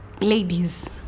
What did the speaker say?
ladies